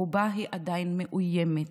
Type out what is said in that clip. ברובה היא עדיין מאוימת,